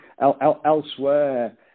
elsewhere